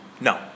No